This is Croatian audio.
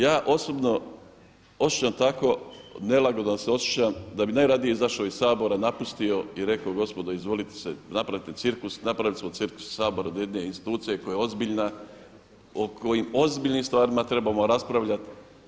Ja osobno osjećam takvu nelagodu da se osjećam da bi najradije izašao iz Sabora, napustio i rekao gospodo izvolite si napraviti cirkus, napravili ste cirkus od Sabora od jedne institucije koja je ozbiljna o kojim ozbiljnim stvarima trebamo raspravljati.